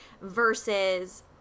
versus